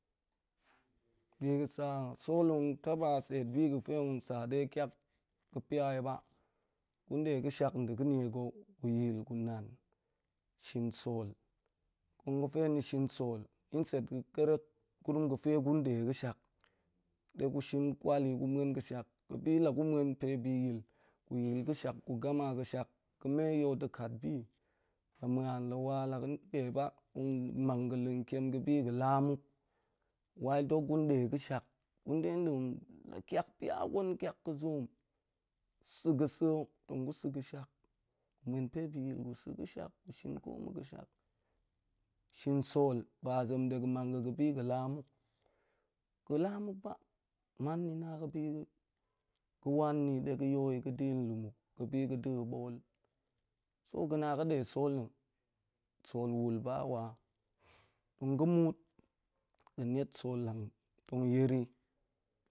Bi ga̱ sa sol tong taba se'et bi ga̱fe tong sa de tiak ga̱ pia i ba̱. Gun nde ga̱ shak da̱ ga̱mega̱ gu yil gu nan, shir sol, ncong ga̱fe ni shin sol instead ga̱ kerek gurum ga̱fe gunde ga̱shak, gu shin kwal i, gu shin ga̱shak pe la̱ gu muen pe bi yil gu yil ga̱shak gu gama ga̱shak sei ga̱me yol da̱ kat bi, la̱ ma̱an la̱ wa nde ba nmang ga̱ la̱ntiem ga̱ bi ga̱ laa muk while ɗok gun nde ga̱shak, gun nde nda̱an tiakpia gwen, nda̱an tiak ga̱ zoom. sa̱ ga̱ sa̱ tong ni shin sol ba zem dega̱an mang ga̱ laa muk ba, man ni na ga̱bi ga̱ wan ni de ga̱ yoi ga̱ da̱n nlu muk ga̱ da̱ ga̱ bool i so ga̱ na ga̱ de sol na̱, sol wul ba wa nga̱ muut ga̱ niet sol lang teng yir l